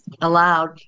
allowed